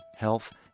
Health